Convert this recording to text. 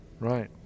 Right